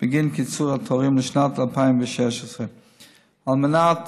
בגין קיצור התורים לשנת 2016. על מנת